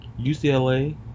UCLA